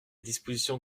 dispositions